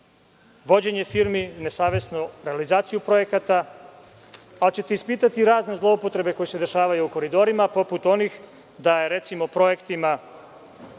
vođenje firmi i nesavesnu realizaciju projekata, da ćete ispitati razne zloupotrebe koje se dešavaju u Koridorima, poput onih da je projektima